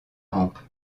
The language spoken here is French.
hampe